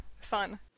fun